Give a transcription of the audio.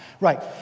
Right